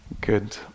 Good